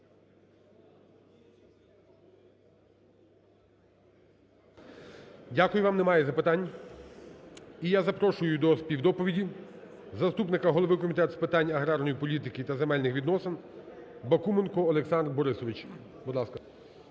Дякую вам. Немає запитань. І я запрошую до співдоповіді заступника голови Комітету з питань аграрної політики та земельних відносин. Бакуменка Олександра Борисовича. Будь ласка.